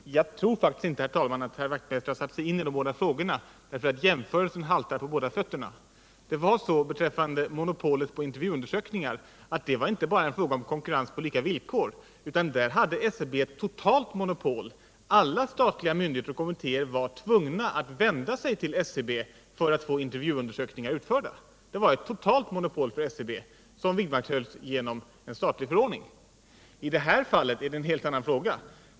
Herr talman! Jag tror faktiskt inte att herr Wachtmeister satt sig in i de båda frågorna — jämförelsen haltar på båda fötterna. Beträffande monopolet på intervjuundersökningar var det inte bara en fråga om konkurrens på lika villkor, utan där hade SCB ett totalt monopol: alla statliga myndigheter och kommittéer var tvungna att vända sig till SCB för att få intervjuundersökningarna utförda. Det var ett totalt monopol för SCB som vidmakthölls genom en statlig förordning. I det här fallet gäller det en helt annan fråga.